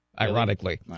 Ironically